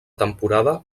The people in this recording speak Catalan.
temporada